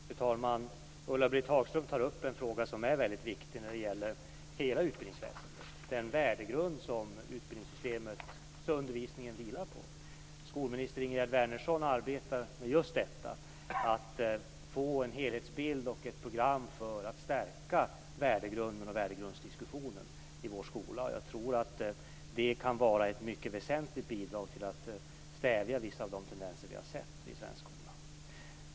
Fru talman! Ulla-Britt Hagström tar upp en fråga som är väldigt viktig när det gäller hela utbildningsväsendet: den värdegrund som utbildningssystemet och undervisningen vilar på. Skolminister Ingegerd Wärnersson arbetar med just detta: att få en helhetsbild och ett program för att stärka värdegrunden och värdegrundsdiskussionen i vår skola. Jag tror att det kan vara ett mycket väsentligt bidrag till att stävja vissa av de tendenser vi har sett i svensk skola.